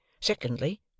Secondly